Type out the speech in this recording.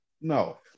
No